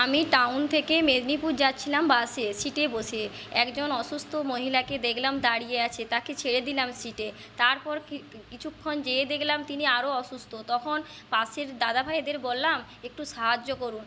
আমি টাউন থেকে মেদিনীপুর যাচ্ছিলাম বাসে সিটে বসে একজন অসুস্থ মহিলাকে দেখলাম দাঁড়িয়ে আছে তাকে ছেড়ে দিলাম সিটে তারপর কি কিছুক্ষণ যেয়ে দেখলাম তিনি আরো অসুস্থ তখন পাশের দাদাভাইদের বললাম একটু সাহায্য করুন